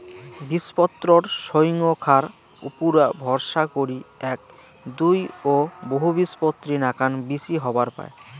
বীজপত্রর সইঙখার উপুরা ভরসা করি এ্যাক, দুই ও বহুবীজপত্রী নাকান বীচি হবার পায়